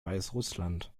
weißrussland